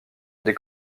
des